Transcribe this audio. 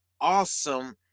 awesome